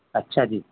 ਅੱਛਾ ਜੀ